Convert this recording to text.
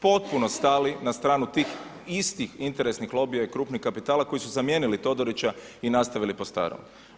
potpuno stali na stranu tih istih interesnih lobija i krupnog kapitala koji su zamijenili Todorića i nastavili po starom.